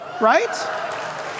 Right